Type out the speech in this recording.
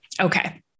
Okay